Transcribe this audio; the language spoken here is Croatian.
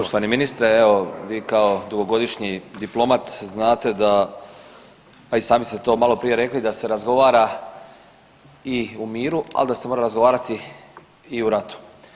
Poštovani ministre, evo vi kao dugogodišnji diplomat znate da, a i sami ste to maloprije rekli da se razgovara i u miru, ali da se mora razgovarati i u ratu.